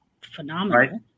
phenomenal